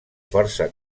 força